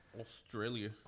Australia